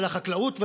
אל החקלאות,